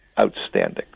outstanding